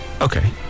Okay